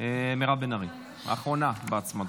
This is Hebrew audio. מירב בן ארי, האחרונה בהצמדות.